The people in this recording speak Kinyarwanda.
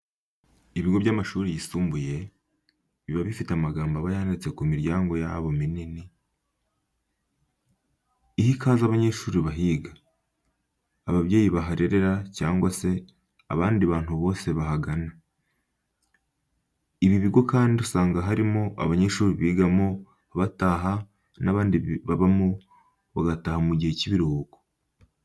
Ibigo by'amashuri yisumbuye, biba bifite amagambo aba yanditse ku miryango yabo minini aha ikaze abanyeshuri bahiga, ababyeyi baharerera cyangwa se abandi bantu bose bahagana. Ibi bigo kandi usanga harimo abanyeshuri bigamo bataha n'abandi biga babamo bagataha mu gihe cy'ibiruhuko.